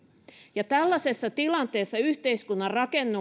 ja tällaisessa tilanteessa ei yhteiskunnan